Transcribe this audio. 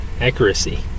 accuracy